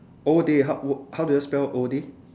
oh they how word how do you spell all day